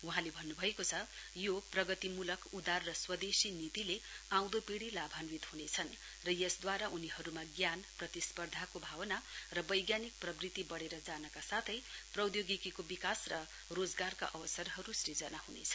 वहाँले भन्नु भएको छ यो प्रगतिमूलक उदार र स्वदेशी नीतिले आउँदो पिढी लाभान्वित हुनेछन् र यसद्वारा उनीहरूमा ज्ञान प्रतिस्पर्धाको भावना र वैज्ञानिक प्रवृत्ति बढेर जानका साथै प्रौद्योगिकीको विकास र रोजगारका अवसरहरू सृजना हुनेछन्